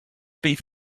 beef